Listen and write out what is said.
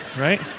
right